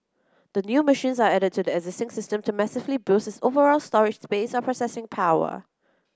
the new machines are added to the existing system to massively boost its overall storage space or processing power